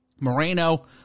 Moreno